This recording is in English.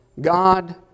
god